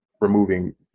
removing